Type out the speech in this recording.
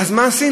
אז מה עשינו?